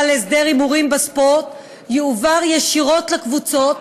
להסדר הימורים בספורט יועברו ישירות לקבוצות,